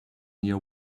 near